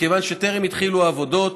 מכיוון שעד היום טרם התחילו העבודות,